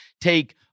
take